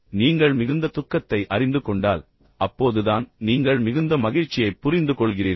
நீங்கள் மிகுந்த துக்கத்தை அறிந்துகொண்டால் அப்போதுதான் நீங்கள் மிகுந்த மகிழ்ச்சியைப் புரிந்துகொள்கிறீர்கள்